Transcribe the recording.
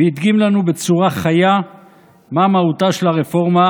והדגים לנו בצורה חיה מה מהותה של הרפורמה